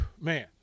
man